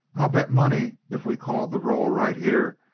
i'll bet money, if we called the roll right here,